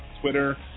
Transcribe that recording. Twitter